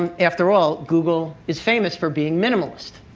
um after all, google is famous for being minimalist,